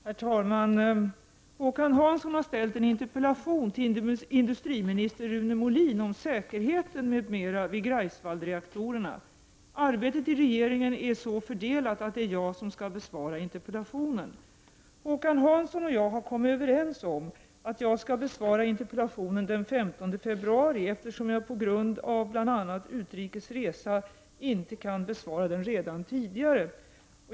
Herr talman! Håkan Hansson har ställt en interpellation till industriminister Rune Molin om säkerheten m.m. vid Greifswaldsreaktorerna. Arbetet i regeringen är så fördelat att det är jag som skall besvara interpellationen. Håkan Hansson och jag har kommit överens om att jag skall besvara interpellationen den 15 februari, eftersom jag på grund av bl.a. utrikesresa inte kan besvara den redan tidigare.